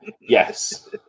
yes